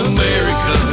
America